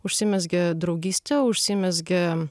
užsimezgė draugystė užsimezgė